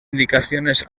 indicaciones